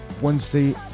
Wednesday